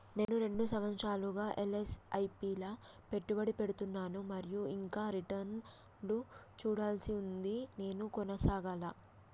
నేను రెండు సంవత్సరాలుగా ల ఎస్.ఐ.పి లా పెట్టుబడి పెడుతున్నాను మరియు ఇంకా రిటర్న్ లు చూడాల్సి ఉంది నేను కొనసాగాలా?